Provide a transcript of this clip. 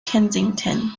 kensington